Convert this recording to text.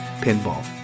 pinball